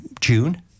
June